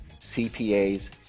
CPAs